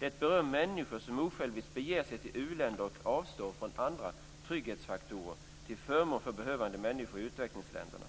Det berör människor som osjälviskt beger sig till u-länder och avstår från andra trygghetsfaktorer till förmån för behövande människor i utvecklingsländerna.